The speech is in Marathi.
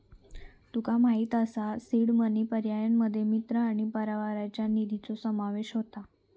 तुका माहित असा सीड मनी पर्यायांमध्ये मित्र आणि परिवाराच्या निधीचो समावेश होता